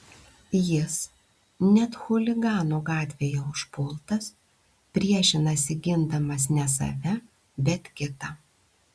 jis net chuliganų gatvėje užpultas priešinasi gindamas ne save bet kitą